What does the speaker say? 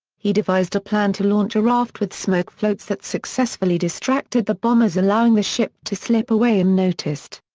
he devised a plan to launch a raft with smoke floats that successfully distracted the bombers allowing the ship to slip away unnoticed.